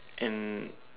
and